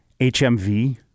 HMV